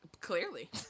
Clearly